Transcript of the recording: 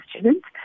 students